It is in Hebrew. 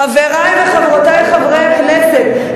חברי וחברותי חברי הכנסת,